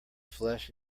flesh